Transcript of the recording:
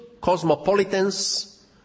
cosmopolitans